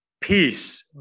Peace